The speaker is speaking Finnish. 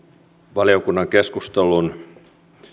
valiokunnan keskustelun